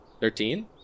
Thirteen